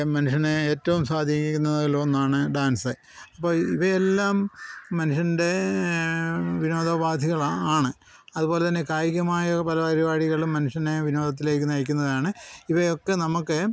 മനുഷ്യന് ഏറ്റവും സ്വാധീനിക്കുന്നതിൽ ഒന്നാണ് ഡാൻസ് അപ്പോൾ ഈ ഇവയെല്ലാം മനുഷ്യൻ്റെ വിനോദ ഉപാധികളാണ് ആണ് അതുപോലെ തന്നെ കായികമായ പല പരിപാടികളും മനുഷ്യനെ വിനോദത്തിലേക്ക് നയിക്കുന്നതാണ് ഇവയൊക്കെ നമുക്ക്